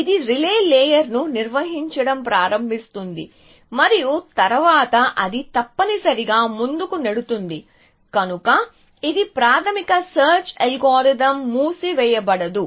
ఇది రిలే లేయర్ని నిర్మించడం ప్రారంభిస్తుంది మరియు తర్వాత అది తప్పనిసరిగా ముందుకు నెడుతుంది కనుక ఇది ప్రాథమిక సెర్చ్ అల్గోరిథం మూసివేయబడదు